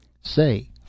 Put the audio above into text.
Say